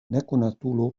nekonatulo